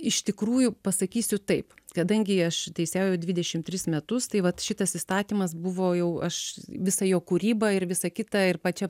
iš tikrųjų pasakysiu taip kadangi aš teisėjauju dvidešim tris metus tai vat šitas įstatymas buvo jau aš visa jo kūryba ir visa kita ir pačia